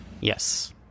Yes